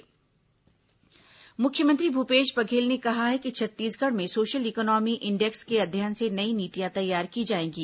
मुख्यमंत्री अमेरिका मुख्यमंत्री भूपेश बघेल ने कहा है कि छत्तीसगढ़ में सोशल इकोनॉमी इंडेक्स के अध्ययन से नई नीतियां तैयार की जाएंगी